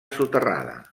soterrada